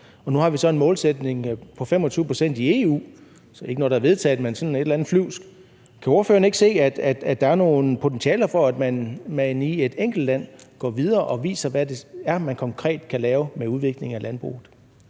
Nu har vi så en målsætning på 25 pct. i EU; det er ikke noget, der er vedtaget, men det er et eller andet flyvsk. Kan ordføreren ikke se, at der er nogle potentialer i, at man i et enkelt land går videre og viser, hvad det er, man konkret kan lave med udvikling af landbruget?